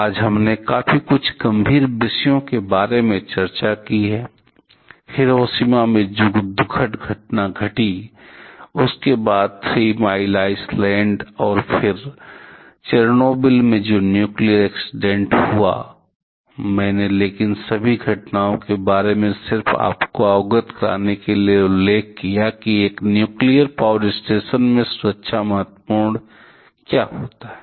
आज हमने काफी कुछ गंभीर विषयों के बारे में चर्चा की है हिरोशिमा में जो दुखद घटना घटी उसके बाद थ्री मील आइसलैंड और फिर चेरनोबिल में जो न्यूक्लियर एक्सीडेंट हुआ मैंने लेकिन सभी घटनाओं के बारे में सिर्फ आपको अवगत कराने के लिए उल्लेख किया की एक न्यूक्लियर पावर स्टेशन में सुरक्षा महत्व क्या होता है